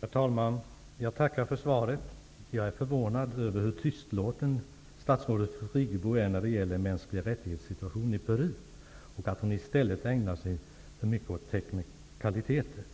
Herr talman! Jag tackar för svaret. Jag är förvånad över hur tystlåten statsrådet Friggebo är när det gäller situationen för de mänskliga rättigheterna i Peru och att hon i stället ägnar sig för mycket åt teknikaliteter,